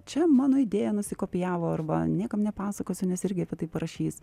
čia mano idėją nusikopijavo arba niekam nepasakosiu nes irgi apie tai parašys